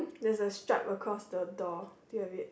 there's a stripe across the door do you have it